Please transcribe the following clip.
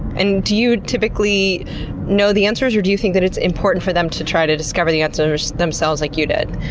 and do you typically know the answers or do you think that it's important for them to try to discover the answer themselves like you did?